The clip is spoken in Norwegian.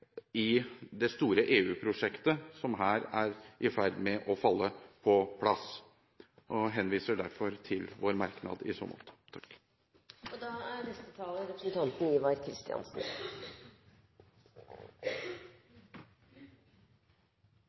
i det store EU-prosjektet som her er i ferd med å falle på plass. Vi henviser derfor til vår merknad i så måte. Jeg har bare en kort merknad, først til Fremskrittspartiets forslag. Jeg er